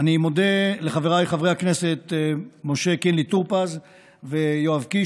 אני מודה לחבריי חברי הכנסת משה קינלי טור פז ויואב קיש,